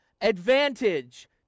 advantage